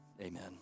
Amen